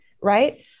right